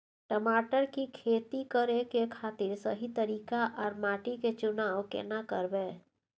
टमाटर की खेती करै के खातिर सही तरीका आर माटी के चुनाव केना करबै?